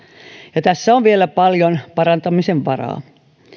ja tässä on vielä paljon parantamisen varaa